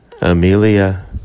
Amelia